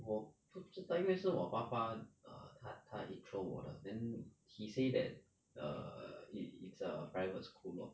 我不知道因为是我爸爸 err 他他 intro 我的 then he say that err it's a private school lor